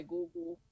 Google